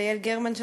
וליעל גרמן,